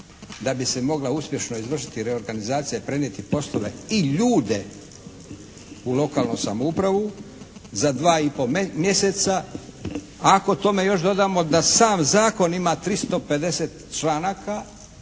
da bi se mogla uspješno izvršiti reorganizacija i prenijeti poslove i ljude u lokalnu samoupravu za dva i po mjeseca. Ako tome još dodamo da sam zakon ima 350 članaka,